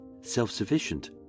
self-sufficient